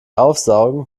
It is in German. aufsaugen